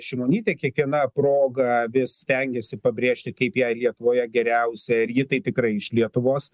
šimonytė kiekviena proga vis stengiasi pabrėžti kaip jai lietuvoje geriausia ir ji tai tikrai iš lietuvos